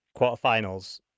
quarterfinals